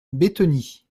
bétheny